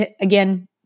again